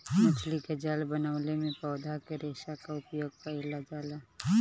मछरी के जाल बनवले में पौधा के रेशा क उपयोग कईल जाला